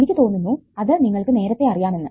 എനിക്ക് തോന്നുന്നു അത് നിങ്ങൾക്ക് നേരത്തെ അറിയാമെന്നു